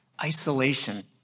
Isolation